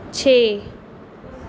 ਛੇ